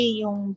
yung